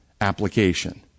application